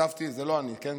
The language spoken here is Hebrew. השתתפתי, זה לא אני, כן?